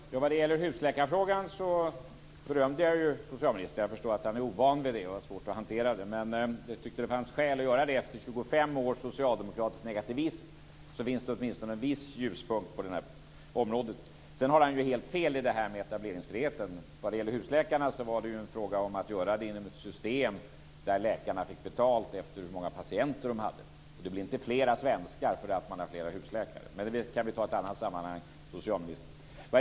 Fru talman! Vad gäller husläkarfrågan berömde jag socialministern. Jag förstår att han är ovan vid det och har svårt att hantera det. Men jag tyckte att det fanns skäl att göra det. Efter 25 års socialdemokratisk negativism finns det åtminstone en viss ljuspunkt på det här området. Sedan har han helt fel i det här med etableringsfrihet. Vad gäller husläkarna var det ju fråga om att göra det inom ett system där läkarna fick betalt efter hur många patienter de hade. Det blev inte fler svenskar för att man hade fler husläkare. Men det kan vi ta i ett annat sammanhang, socialministern.